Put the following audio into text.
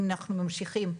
אם אנחנו ממשיכים,